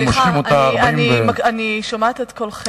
שנמשכת 42 שנים לא צריכה להימשך עוד 42 שנים.